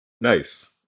nice